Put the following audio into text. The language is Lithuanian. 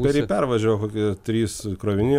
per jį pervažiavo kokie trys krovininiai